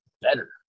better